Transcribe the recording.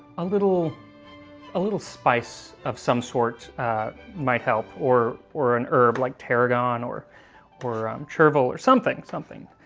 little ah little spice of some sort ah might help, or or an herb like tarragon, or or um chervil, or something something.